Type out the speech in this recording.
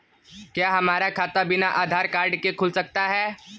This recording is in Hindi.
क्या हमारा खाता बिना आधार कार्ड के खुल सकता है?